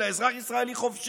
אלא הוא אזרח ישראלי חופשי.